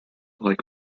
like